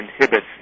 inhibits